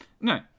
no